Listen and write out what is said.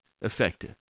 effective